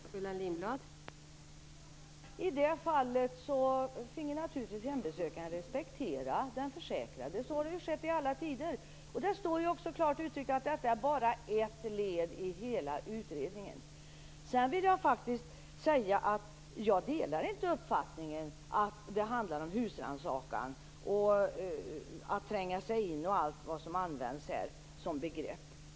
Fru talman! I det fallet finge naturligtvis hembesökaren respektera den försäkrade. Så har ju skett i alla tider. Det står ju också klart uttryckt att detta är bara ett led i hela utredningen. Sedan vill jag faktiskt säga att jag inte delar uppfattningen att det handlar om husrannsakan och om att tränga sig in och allt vad som har sagts här.